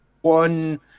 one